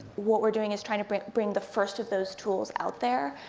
what we're doing is trying to bring bring the first of those tools out there.